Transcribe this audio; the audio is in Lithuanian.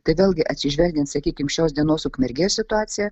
tai vėlgi atsižvelgiant sakykim šios dienos ukmergės situacija